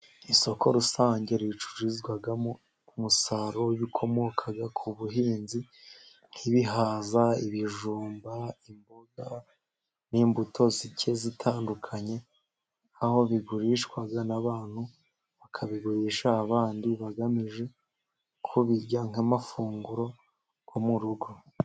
Isoko rusange ricururizwamo umusaruro w'ibikomoka ku buhinzi nk'ibihaza, ibijumba, imboga, n'imbuto zigiye zitandukanye aho bigurishwa n'abantu bakabigurisha abandi bagamije kubirya nka amafunguro yo mu rugo.